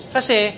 Kasi